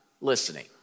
listening